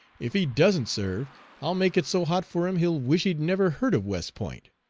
if he doesn't serve i'll make it so hot for him he'll wish he'd never heard of west point.